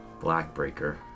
Blackbreaker